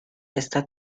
está